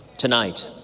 tonight,